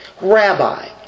Rabbi